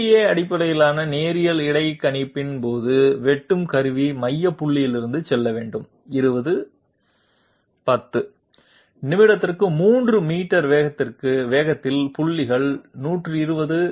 DDA அடிப்படையிலான நேரியல் இடைக்கணிப்பின் போது வெட்டும் கருவி மையம் புள்ளியிலிருந்து செல்ல வேண்டும் 20 10 நிமிடத்திற்கு 3 மீட்டர் வேகத்தில் புள்ளிக்கு 120 60